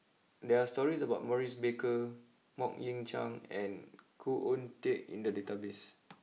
there are stories about Maurice Baker Mok Ying Jang and Khoo Oon Teik in the database